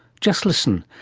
just listen,